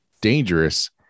dangerous